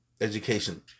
education